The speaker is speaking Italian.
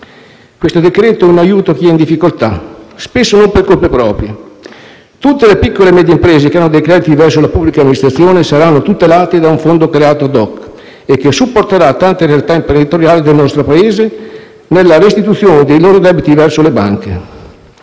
Questo provvedimento è un aiuto a chi è in difficoltà, spesso non per colpe proprie. Tutte le piccole e medie imprese che hanno dei crediti verso la pubblica amministrazione saranno tutelate da un fondo creato *ad hoc*, che supporterà tante realtà imprenditoriali del nostro Paese nella restituzione dei loro debiti verso le banche.